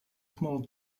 small